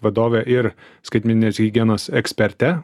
vadovė ir skaitmeninės higienos eksperte